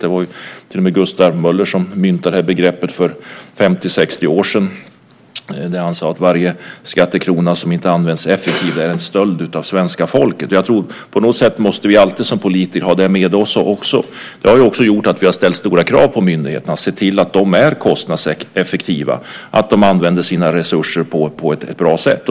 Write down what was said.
Det var ju Gustav Möller som myntade ett uttryck för 50-60 år sedan då han sade att varje skattekrona som inte används effektivt är en stöld från svenska folket. På något sätt måste vi som politiker alltid ha det med oss också. Det har också gjort att vi har ställt stora krav på myndigheterna för att se till att de är kostnadseffektiva, att de använder sina resurser på ett bra sätt.